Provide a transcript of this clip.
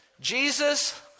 Jesus